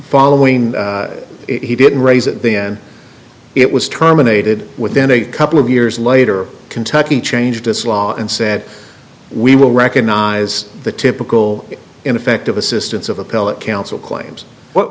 following it he didn't raise it then it was terminated within a couple of years later kentucky changed this law and said we will recognize the typical ineffective assistance of appellate counsel claims what